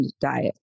diet